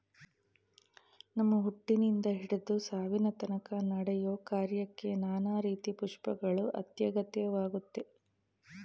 ನಮ್ಮ ಹುಟ್ಟಿನಿಂದ ಹಿಡ್ದು ಸಾವಿನತನ್ಕ ನಡೆಯೋ ಕಾರ್ಯಕ್ಕೆ ನಾನಾ ರೀತಿ ಪುಷ್ಪಗಳು ಅತ್ಯಗತ್ಯವಾಗಯ್ತೆ